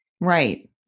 Right